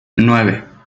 nueve